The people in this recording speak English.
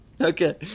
Okay